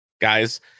guys